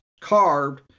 carved